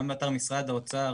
גם באתר משרד האוצר